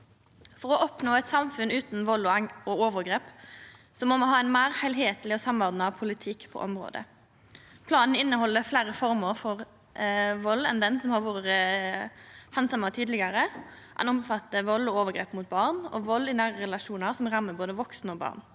For å oppnå eit samfunn utan vald og overgrep må me ha ein meir heilskapleg og samordna politikk på området. Planen dekkjer fleire former for vald enn han som har vore handsama tidlegare. Han omfattar vald og overgrep mot barn og vald i nære relasjonar som rammar både vaksne og barn.